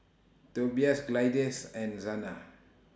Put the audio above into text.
Tobias Gladyce and Zana